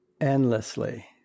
endlessly